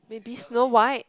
maybe Snow-White